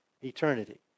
eternity